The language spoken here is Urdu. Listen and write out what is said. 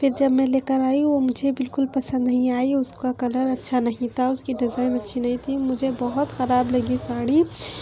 پھر جب میں لے کر آئی وہ مجھے بالکل پسند نہیں آئی اس کا کلر اچھا نہیں تھا اس کی ڈیزائن اچھی نہیں تھی مجھے بہت خراب لگی ساڑی